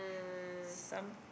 some